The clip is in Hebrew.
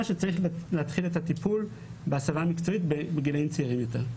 שצריך להתחיל את הטיפול בהסבה המקצועית בגילאים צעירים יותר.